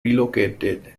relocated